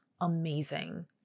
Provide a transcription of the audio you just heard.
amazing